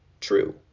true